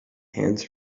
hands